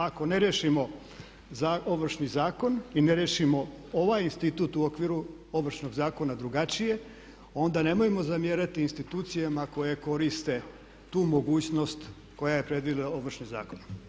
Ako ne riješimo Ovršni zakon i ne riješimo ovaj institut u okviru ovršnog zakona drugačije onda nemojmo zamjerati institucijama koje koriste tu mogućnost koja je … Ovršni zakon.